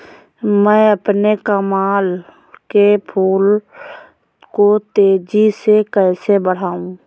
मैं अपने कमल के फूल को तेजी से कैसे बढाऊं?